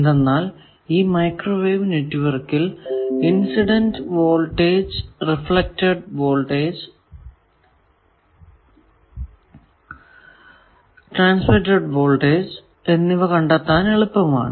എന്തെന്നാൽ ഈ മൈക്രോവേവ് നെറ്റ്വർക്കിൽ incident voltage reflected voltage transmitted voltage എന്നിവ കണ്ടെത്താൻ എളുപ്പമാണ്